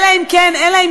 אני רוצה